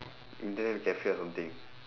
internet cafe or something